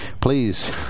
Please